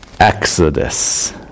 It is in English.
Exodus